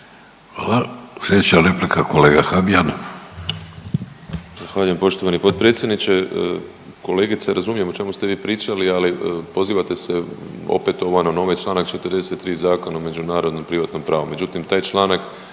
Hvala. Sljedeća replika kolega Habijan.